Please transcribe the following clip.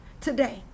today